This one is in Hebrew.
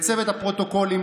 לצוות הפרוטוקולים,